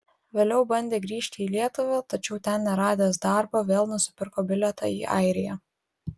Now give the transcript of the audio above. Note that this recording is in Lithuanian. vėliau bandė grįžti į lietuvą tačiau ten neradęs darbo vėl nusipirko bilietą į airiją